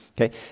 Okay